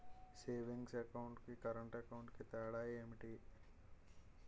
Savings account కి current account కి తేడా ఏమిటి?